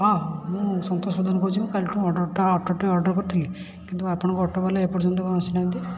ହଁ ମୁଁ ସନ୍ତୋଷ ପ୍ରଧାନ କହୁଛି ମୁଁ କାଲିଠୁ ଅର୍ଡ଼ର୍ଟା ଅଟୋଟେ ଅର୍ଡ଼ର୍ କରିଥିଲି କିନ୍ତୁ ଆପଣଙ୍କ ଅଟୋବାଲା ଏପର୍ଯ୍ୟନ୍ତ କ'ଣ ଆସିନାହାନ୍ତି